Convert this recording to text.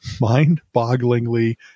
mind-bogglingly